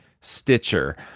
stitcher